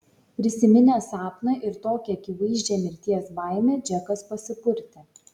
prisiminęs sapną ir tokią akivaizdžią mirties baimę džekas pasipurtė